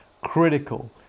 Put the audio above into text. critical